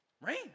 Rain